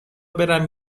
برم